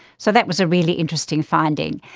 so that was a really interesting finding.